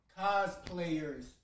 Cosplayers